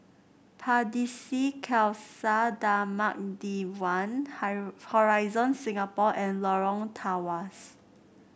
Pardesi Khalsa Dharmak Diwan Hori Horizon Singapore and Lorong Tawas